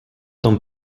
tom